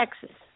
Texas